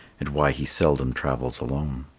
and why he seldom travels alone.